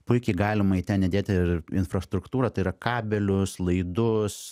puikiai galima į ten įdėti ir infrastruktūrą tai yra kabelius laidus